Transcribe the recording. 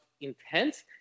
intense